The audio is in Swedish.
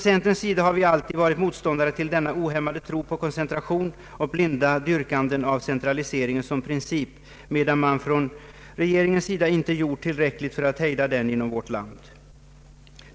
Centerpartiet har alltid varit motståndare till denna ohämmade tro på koncentrationen och det blinda dyrkandet av centraliseringen som princip, medan regeringen inte gjort tillräckligt för att hejda den inom vårt land.